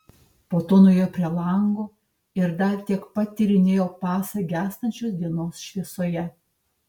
po to nuėjo prie lango ir dar tiek pat tyrinėjo pasą gęstančios dienos šviesoje